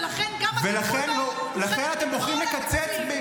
ולכן גם הטיפול בהם הוא חלק מכל התקציב.